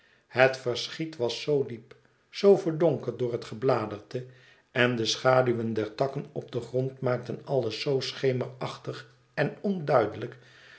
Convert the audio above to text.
het verschiet was zoo diep zoo verdonkerd door het gebladerte en de schaduwen der takken op den grond maakten alles zoo schemerachtig en onduidelijk